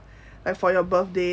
like for your birthday